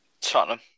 Tottenham